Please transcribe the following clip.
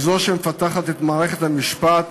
היא זו שמפתחת את מערכת המשפט,